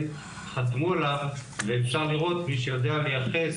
חתמו עליו ואפשר לראות מי שיודע לייחס,